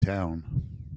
town